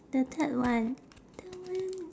the third one third one